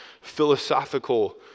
philosophical